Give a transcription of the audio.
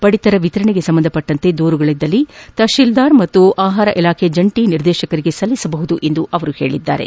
ಪಡಿತರ ವಿತರಣೆಗೆ ಸಂಬಂಧಿಸಿದಂತೆ ದೂರುಗಳದ್ದಲ್ಲಿ ತಪತೀಲ್ಲಾರ್ ಮತ್ತು ಆಹಾರ ಇಲಾಖೆಯ ಜಂಟಿ ನಿರ್ದೇಶಕರಿಗೆ ಸಲ್ಲಿಸಬಹುದು ಎಂದು ಹೇಳಿದರು